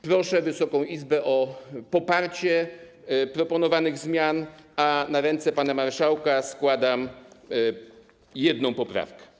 Proszę Wysoką Izbę o poparcie proponowanych zmian, a na ręce pana marszałka składam jedną poprawkę.